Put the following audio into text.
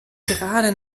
gerade